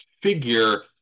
figure